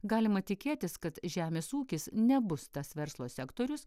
galima tikėtis kad žemės ūkis nebus tas verslo sektorius